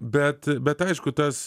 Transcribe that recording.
bet bet aišku tas